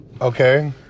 Okay